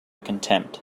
contempt